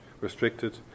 restricted